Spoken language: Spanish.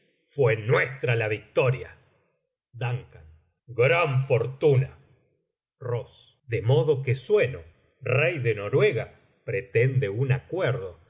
fué nuestra la victoria dun gran fortuna ross de modo que sueno rey de noruega pretende un acuerdo